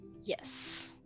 Yes